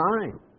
time